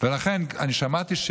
אני שמעתי,